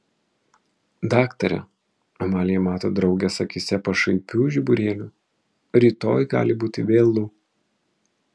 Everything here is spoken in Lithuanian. daktare amalija mato draugės akyse pašaipių žiburėlių rytoj gali būti vėlu